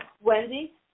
Wendy